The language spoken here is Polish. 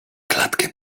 klatkę